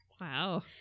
Wow